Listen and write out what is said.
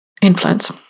influence